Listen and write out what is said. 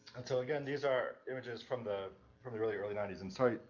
and so again, these are images from the, from the early early nineties and sorry,